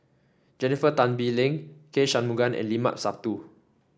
Jennifer Tan Bee Leng K Shanmugam and Limat Sabtu